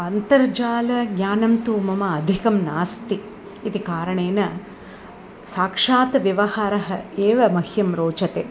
अन्तर्जाल ज्ञानं तु मम अधिकं नास्ति इति कारणेन साक्षात् व्यवहारः एव मह्यं रोचते